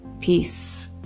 Peace